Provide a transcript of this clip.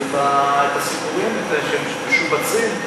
את הסיפורים שמשובצים,